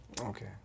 Okay